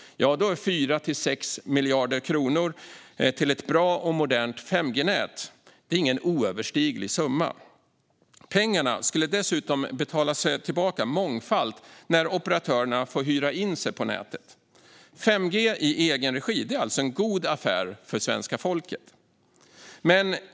Då är 4-6 miljarder kronor till ett bra och modernt 5G-nät ingen oöverstiglig summa. Pengarna skulle dessutom mångfalt betalas tillbaka när operatörerna får hyra in sig på nätet. 5G i egen regi är alltså en god affär för svenska folket.